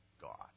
God